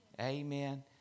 Amen